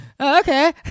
okay